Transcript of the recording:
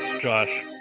Josh